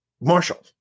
Marshall